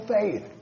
faith